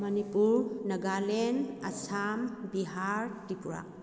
Manipur Nagaland Assam Bihar Tripura